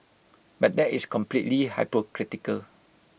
but that is completely hypocritical